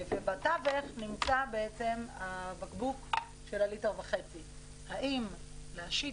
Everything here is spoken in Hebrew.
ובתווך נמצא בעצם הבקבוק של ליטר וחצי - האם להשית